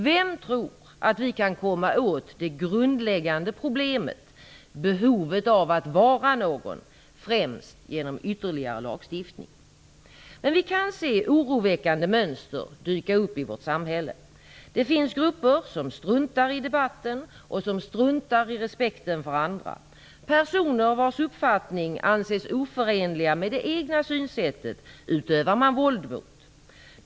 Vem tror att vi kan komma åt det grundläggande problemet - behovet av att vara någon - främst genom ytterligare lagstiftning? Vi kan se oroväckande mönster dyka upp i vårt samhälle. Det finns grupper som struntar i debatten och som struntar i respekten för andra. Personer vars uppfattning anses oförenliga med det egna synsättet utövar man våld mot.